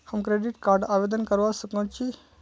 हम credit card आवेदन करवा संकोची?